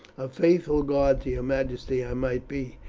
a faithful guard to your majesty i might be,